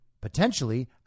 potentially